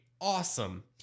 awesome